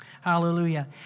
hallelujah